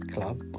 Club